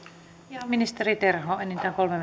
ja ministeri terho enintään kolme